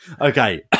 Okay